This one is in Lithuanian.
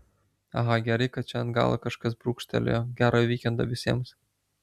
aha gerai kad čia ant galo kažkas brūkštelėjo gero vykendo visiems